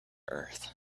earth